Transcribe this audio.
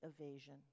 evasion